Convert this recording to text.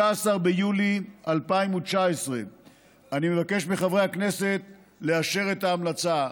16 ביולי 2019. אני מבקש מחברי הכנסת לאשר את ההמלצה.